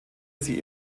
sie